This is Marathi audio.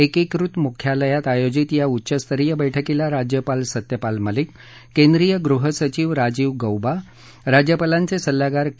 एकिकृत मुख्यालयात आयोजित या उच्चस्तरीय बैठकीला राज्यपाल सत्यपाल मलिक केंद्रीय गृहसचिव राजीव गौबा राज्यपालांचे सल्लागार के